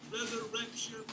Resurrection